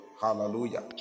Hallelujah